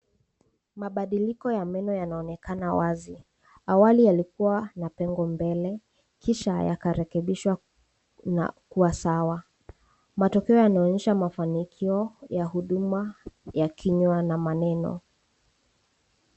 Mabadiliko ya meno yanaonekana wazi. Awali yalikuwa na pengo mbele, kisha yakarekebishwa na kuwa sawa. Matokeo yanaonyesha mafanikio ya huduma, ya kinywa na maneno.